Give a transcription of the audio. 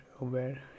aware